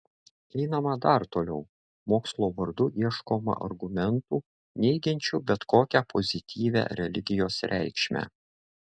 einama dar toliau mokslo vardu ieškoma argumentų neigiančių bet kokią pozityvią religijos reikšmę